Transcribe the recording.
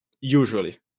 usually